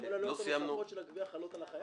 כל העלויות הנוספות של הגבייה חלות על החייב?